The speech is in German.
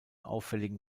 auffälligen